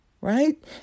right